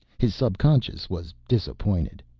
his subconscious was disappointed.